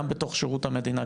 גם בתוך שירות המדינה,